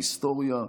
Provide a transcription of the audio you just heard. בהיסטוריה,